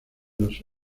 los